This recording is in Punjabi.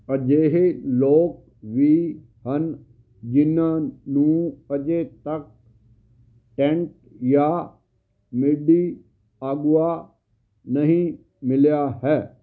ਅਜਿਹੇ ਲੋਕ ਵੀ ਹਨ ਜਿਨ੍ਹਾਂ ਨੂੰ ਅਜੇ ਤੱਕ ਟੈਂਟ ਜਾਂ ਮੇਡੀਆਗੁਆ ਨਹੀਂ ਮਿਲਿਆ ਹੈ